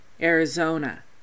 Arizona